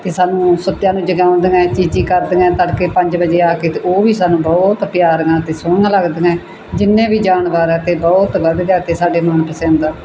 ਅਤੇ ਸਾਨੂੰ ਸੁੱਤਿਆਂ ਨੂੰ ਜਗਾਉਂਦੀਆਂ ਚੀ ਚੀ ਕਰਦੀਆਂ ਤੜਕੇ ਪੰਜ ਵਜੇ ਆ ਕੇ ਅਤੇ ਉਹ ਵੀ ਸਾਨੂੰ ਬਹੁਤ ਪਿਆਰੀਆਂ ਅਤੇ ਸੋਹਣੀਆਂ ਲੱਗਦੀਆਂ ਜਿੰਨੇ ਵੀ ਜਾਨਵਰ ਆ ਅਤੇ ਬਹੁਤ ਵਧੀਆ ਅਤੇ ਸਾਡੇ ਮਨ ਪਸੰਦ ਆ